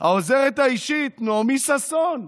העוזרת האישית נעמי ששון,